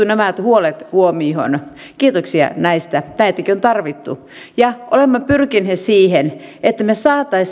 nämä huolet huomioon kiitoksia näistä näitäkin on tarvittu olemme pyrkineet siihen että me saisimme